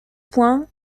point